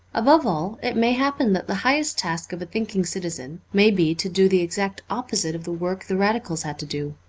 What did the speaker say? above all, it may happen that the highest task of a thinking citizen may be to do the exact opposite of the work the radicals had to do.